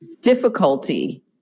difficulty